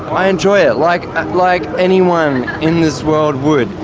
i enjoy it like like anyone in this world would.